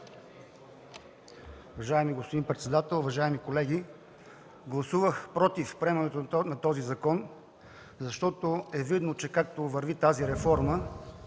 Уважаеми господин председател, уважаеми колеги! Гласувах „против” приемането на този закон, защото е видно, че както върви тази реформа,